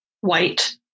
white